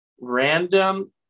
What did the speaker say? random